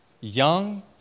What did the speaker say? young